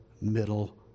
middle